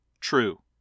True